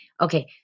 Okay